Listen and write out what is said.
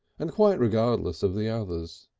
and quite regardless of the others.